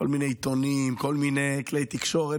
בכל מיני עיתונים, בכל מיני כלי תקשורת.